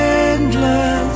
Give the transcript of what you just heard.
endless